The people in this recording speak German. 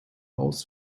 aus